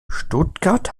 stuttgart